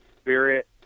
spirit